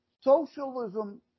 socialism